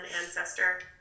ancestor